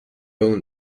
owned